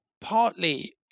partly